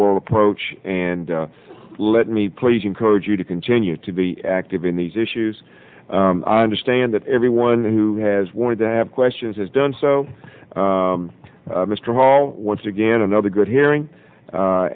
world approach and let me please encourage you to continue to be active in these issues i understand that everyone who has wanted to have questions has done so mr hall once again another good hearing